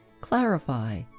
clarify